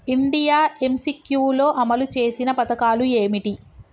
India MCQ లో అమలు చేసిన పథకాలు ఏమిటి?